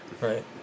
right